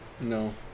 No